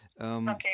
Okay